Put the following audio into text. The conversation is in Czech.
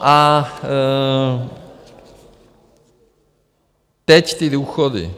A teď ty důchody.